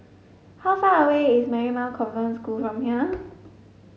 how far away is Marymount Convent School from here